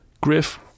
Griff